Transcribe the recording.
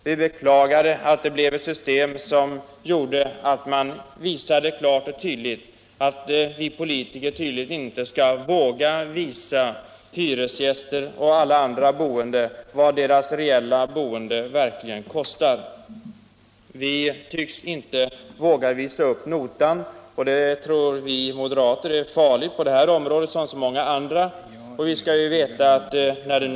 Vi beklagade att det blev ett system som klart och tydligt visade att vi politiker tydligen inte skall våga visa hyresgäster och andra vad deras boende verkligen kostar. Vi tycks inte våga visa upp notan, och det tror vi moderater är farligt på detta område som på så många andra områden.